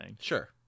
Sure